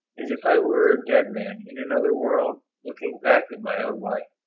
as if i were a dead man in another world looking back at my own life.